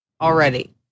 already